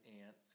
aunt